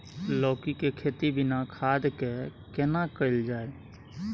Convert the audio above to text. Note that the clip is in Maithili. लौकी के खेती बिना खाद के केना कैल जाय?